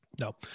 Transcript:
No